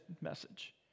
message